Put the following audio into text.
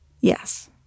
Yes